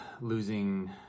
losing